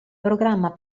programma